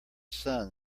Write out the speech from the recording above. sun